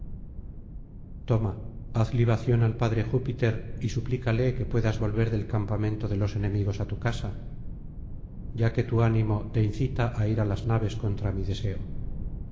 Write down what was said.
toma haz libación al padre júpiter y suplícale que puedas volver del campamento de los enemigos á tu casa ya que tu ánimo te incita á ir á las naves contra mi deseo